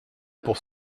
pour